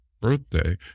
birthday